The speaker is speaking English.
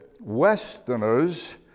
Westerners